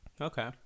Okay